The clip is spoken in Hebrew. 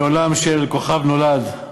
מעולם של "כוכב נולד".